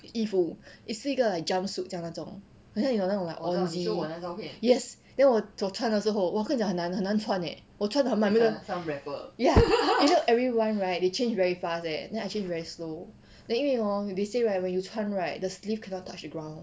衣服也是一个 jump suit 这样那种好像有那种 yes then 我穿的时候我跟你讲很难很难穿 eh 我穿得很 ya you know everyone right they change very fast eh then I change very slow then 因为 hor they say right when you 穿 right the sleeve cannot touch the ground